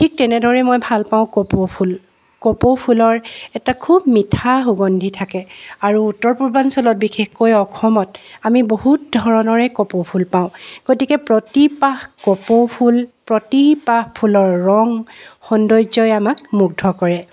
ঠিক তেনেদৰে মই ভাল পাওঁ কপৌ ফুল কপৌ ফুলৰ এটা খুব মিঠা সুগন্ধি থাকে আৰু উত্তৰ পূৰ্বাঞ্চলত বিশেষকৈ অসমত আমি বহুত ধৰণৰে কপৌফুল পাওঁ গতিকে প্ৰতিপাহ কপৌফুল প্ৰতিপাহ ফুলৰ ৰং সৌন্দৰ্যই আমাক মুগ্ধ কৰে